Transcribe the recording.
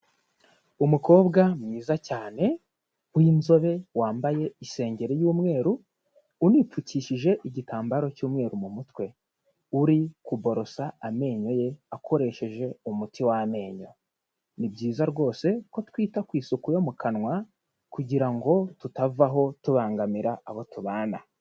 Umukobwa mwiza cyane, w'inzobe, wambaye isengeri y'umweru, unipfukishije igitambaro cy'umweru mu mutwe, uri kuborosa amenyo ye akoresheje umuti w'amenyo, ni byiza rwose ko twita ku isuku yo mu kanwa kugira ngo tutavaho tubangamira abo tubana.